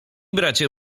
bracie